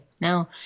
Now